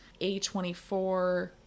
A24